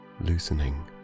loosening